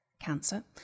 cancer